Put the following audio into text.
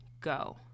go